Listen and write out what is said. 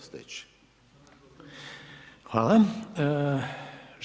steći.